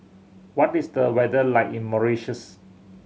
what is the weather like in Mauritius